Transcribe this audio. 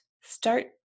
Start